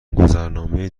گذرنامه